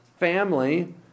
family